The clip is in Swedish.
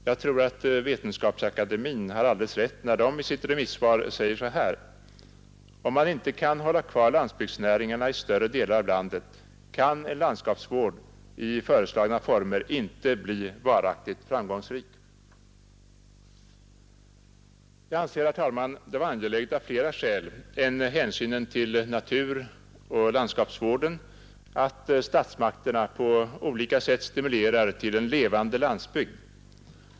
Jag tror att Vetenskapsakademien har alldeles rätt när den i sitt remissvar säger så här: ”Om man inte kan hålla kvar landsbygdsnäringarna i större delar av landet kan en landskapsvård i föreslagna former inte bli varaktigt framgångsrik.” Jag anser, herr talman, det vara angeläget av flera skäl än hänsynen till naturoch landskapsvården att statsmakterna på olika sätt stimulerar till en levande landsbygd.